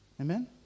Amen